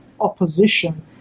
Opposition